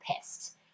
pissed